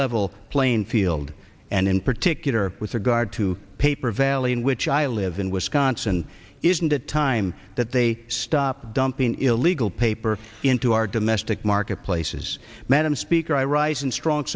level playing field and in particular with regard to paper valley in which i live in wisconsin isn't it time that they stop dumping illegal paper into our domestic marketplaces madam speaker i rise in strong